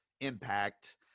impact